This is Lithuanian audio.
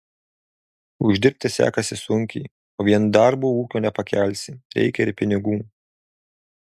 uždirbti sekasi sunkiai o vien darbu ūkio nepakelsi reikia ir pinigų